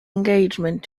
engagement